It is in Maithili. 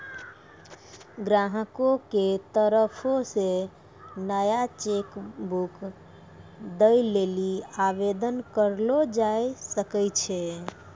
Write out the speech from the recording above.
ग्राहको के तरफो से नया चेक बुक दै लेली आवेदन करलो जाय सकै छै